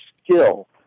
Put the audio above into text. skill